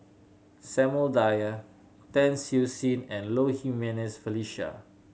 Samuel Dyer Tan Siew Sin and Low Jimenez Felicia